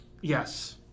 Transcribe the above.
Yes